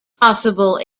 possible